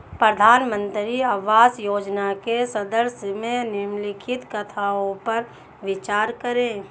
प्रधानमंत्री आवास योजना के संदर्भ में निम्नलिखित कथनों पर विचार करें?